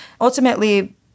Ultimately